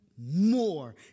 more